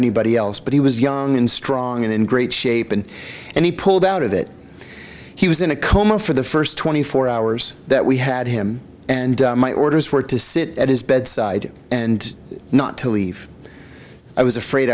anybody else but he was young and strong and in great shape and and he pulled out of it he was in a coma for the first twenty four hours that we had him and my orders were to sit at his bedside and not to leave i was afraid